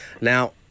Now